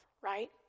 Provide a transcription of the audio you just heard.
right